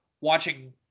watching